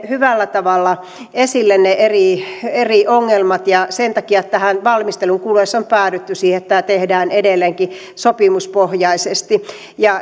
hyvällä tavalla esille ne eri eri ongelmat ja sen takia valmistelun kuluessa on päädytty siihen että tämä tehdään edelleenkin sopimuspohjaisesti